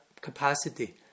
capacity